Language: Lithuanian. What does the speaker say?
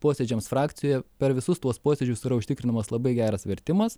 posėdžiams frakcijoje per visus tuos posėdžius yra užtikrinamas labai geras vertimas